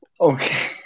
Okay